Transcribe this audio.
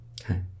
Okay